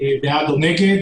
בעד או נגד.